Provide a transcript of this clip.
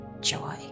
joy